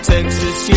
Texas